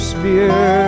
Spear